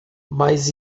mas